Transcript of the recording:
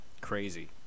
crazy